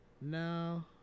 no